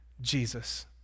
Jesus